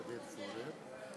יש לו עוזרת.